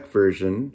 version